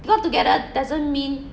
got together doesn't mean